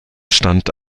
stand